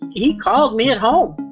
he called me at home.